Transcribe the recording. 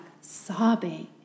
sobbing